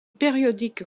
périodiques